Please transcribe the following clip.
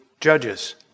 judges